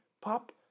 Pop